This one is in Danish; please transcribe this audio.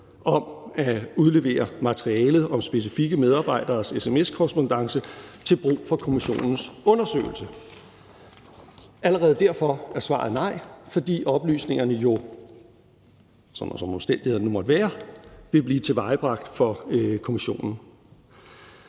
om at udlevere materialet om specifikke medarbejderes sms-korrespondance til brug for kommissionens undersøgelse. Allerede derfor er svaret nej, fordi oplysningerne jo, sådan som omstændighederne nu må være, vil blive tilvejebragt for kommissionen.